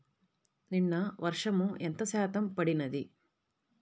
నిన్న వర్షము ఎంత శాతము పడినది?